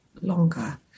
longer